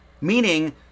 Meaning